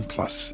Plus